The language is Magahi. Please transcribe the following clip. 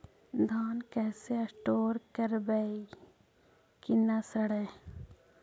धान कैसे स्टोर करवई कि न सड़ै?